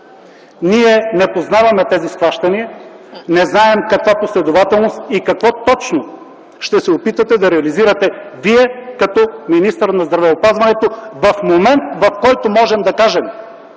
Ние не познаваме тези схващания, не знаем в каква последователност и какво точно ще се опитате да реализирате Вие като министър на здравеопазването в момент, в който можем да кажем: